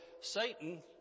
Satan